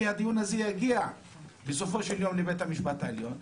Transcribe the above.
כי הדיון הזה יגיע בסופו של יום לבית המשפט העליון.